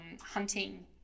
hunting